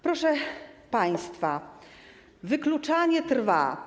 Proszę państwa, wykluczanie trwa.